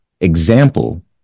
example